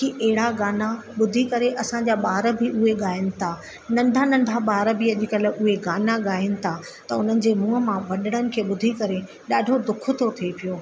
की अहिड़ा गाना ॿुधी करे असांजा ॿार बि उहे ॻाइन था नंढा नंढा ॿार बि अॼुकल्ह उहे गाना ॻाइनि था त हुननि जे मुंहुं मां वॾड़नि खे ॿुधी करे ॾाढो ॾुख थो थिए पियो